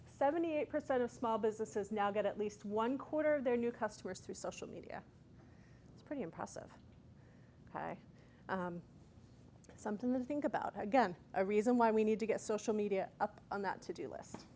seventy eight percent of small businesses now get at least one quarter of their new customers through social media it's pretty impressive high something that i think about again a reason why we need to get social media up on that to do l